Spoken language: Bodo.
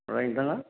ओमफ्राय नोंथाङा